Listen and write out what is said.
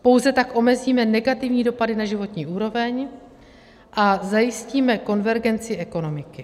Pouze tak omezíme negativní dopady na životní úroveň a zajistíme konvergenci ekonomiky.